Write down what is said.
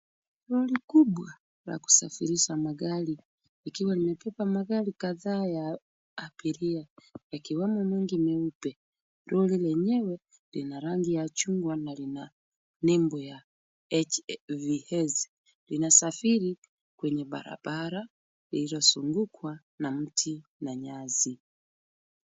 Lori kubwa la kusafirisha magari likiwa limebeba magari kadhaa ya abiria yakiwemo mengi meupe. Lori lenyewe lina rangi ya chungwa na lina nembo ya HVS linasafiri kwenye barabara lililozungukwa na mti na nyasi.